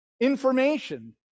information